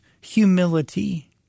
humility